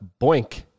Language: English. boink